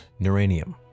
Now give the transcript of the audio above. Neuranium